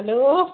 hello